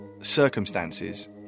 circumstances